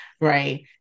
right